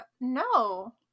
no